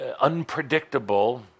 Unpredictable